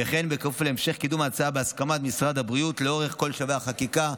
וכן כפוף להמשך קידום ההצעה בהסכמת משרד הבריאות לאורך כל שלבי החקיקה.